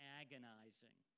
agonizing